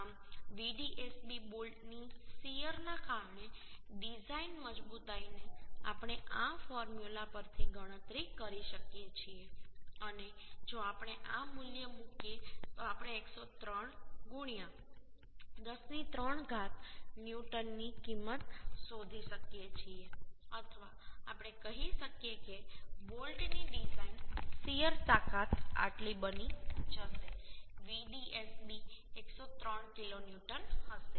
આમ Vdsb બોલ્ટની shear ના કારણે ડિઝાઇન મજબૂતાઈને આપણે આ ફોર્મ્યુલા પરથી ગણતરી કરી શકીએ છીએ અને જો આપણે આ મૂલ્ય મૂકીએ તો આપણે 103 10 ની 3 ઘાત ન્યુટનની કિંમત શોધી શકીએ છીએ અથવા આપણે કહી શકીએ કે બોલ્ટની ડિઝાઇન શીયર તાકાત આટલી બની જશે Vdsb 103 કિલોન્યુટન હશે